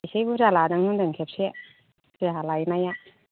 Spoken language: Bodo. एसे बुरजा लादों होनदों खेबसे जोंहा लायनाया